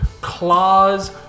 claws